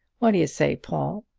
what do you say, paul?